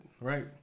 right